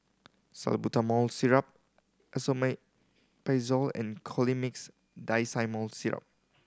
Salbutamol Syrup Esomeprazole and Colimix Dicyclomine Syrup